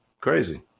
crazy